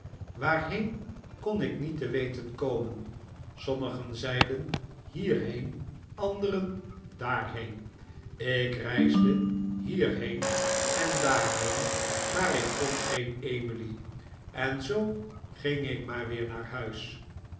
waarheen kon ik niet te weten komen sommigen zeiden hierheen anderen daarheen ik reisde hierheen en daarheen maar ik vond geen emily en zoo ging ik maar weer naar huis